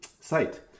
site